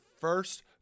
first